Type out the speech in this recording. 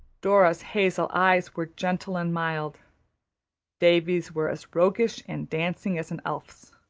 dora's hazel eyes were gentle and mild davy's were as roguish and dancing as an elf's.